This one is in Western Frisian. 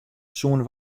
soene